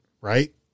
Right